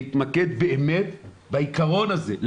להתמקד באמת בעיקרון הזה,